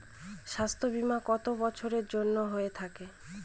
স্বাস্থ্যবীমা কত বছরের জন্য হয়ে থাকে?